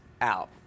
out